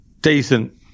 decent